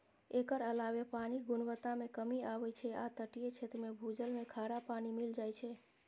एकर अलावे पानिक गुणवत्ता मे कमी आबै छै आ तटीय क्षेत्र मे भूजल मे खारा पानि मिल जाए छै